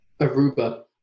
Aruba